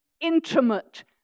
intimate